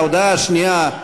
ההודעה השנייה,